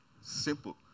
Simple